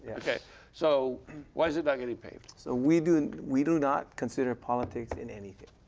so why is it not getting paved? so we do and we do not consider politics in anything.